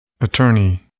Attorney